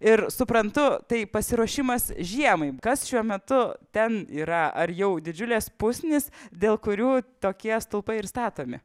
ir suprantu tai pasiruošimas žiemai kas šiuo metu ten yra ar jau didžiulės pusnys dėl kurių tokie stulpai ir statomi